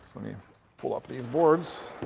so me pull up these boards.